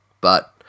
But-